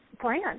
plan